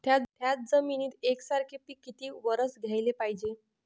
थ्याच जमिनीत यकसारखे पिकं किती वरसं घ्याले पायजे?